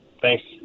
Thanks